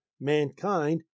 mankind